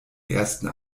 ersten